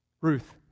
Ruth